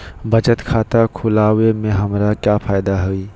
बचत खाता खुला वे में हमरा का फायदा हुई?